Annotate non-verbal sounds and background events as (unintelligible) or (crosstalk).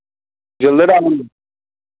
(unintelligible)